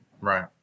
Right